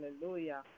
Hallelujah